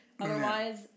Otherwise